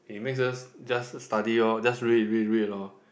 he makes us just study orh just read read read lor